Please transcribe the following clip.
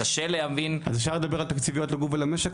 קשה להבין --- אפשר לדבר על תקציביות לגוף ולמשק,